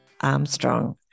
Armstrong